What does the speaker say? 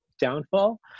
downfall